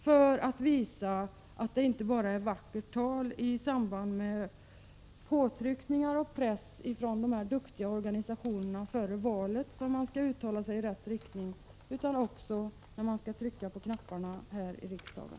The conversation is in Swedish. Då visar man att det inte bara är fråga om vackert tal — att man i samband med påtryckningar och press från de här duktiga organisationerna före valet uttalar sig i rätt riktning — utan att uppfattningen också tillkännages när man skall trycka på knapparna här i riksdagen.